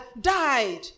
died